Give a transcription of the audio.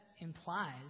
implies